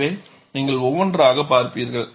எனவே நீங்கள் ஒவ்வொன்றாக பார்ப்பீர்கள்